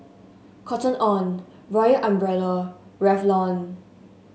Cotton On Royal Umbrella Revlon